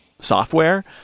software